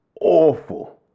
awful